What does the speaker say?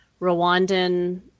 Rwandan